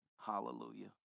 Hallelujah